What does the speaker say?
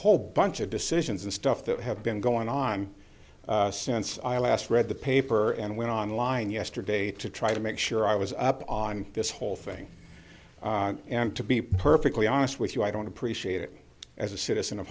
whole bunch of decisions and stuff that have been going on since i last read the paper and went online yesterday to try to make sure i was up on this whole thing and to be perfectly honest with you i don't appreciate it as a citizen of